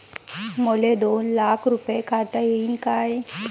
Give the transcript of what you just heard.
मले दोन लाख रूपे काढता येईन काय?